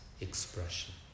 expression